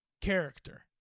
character